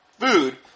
food